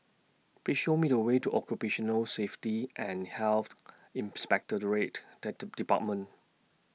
Please Show Me The Way to Occupational Safety and Health Inspectorate department